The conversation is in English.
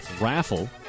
raffle